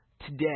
Today